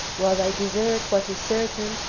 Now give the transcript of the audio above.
while they desert what is certain,